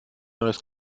neues